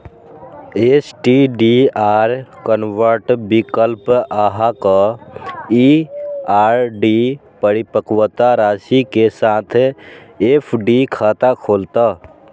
STDR convert विकल्प अहांक ई आर.डी परिपक्वता राशि के साथ एफ.डी खाता खोलत